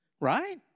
Right